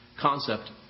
concept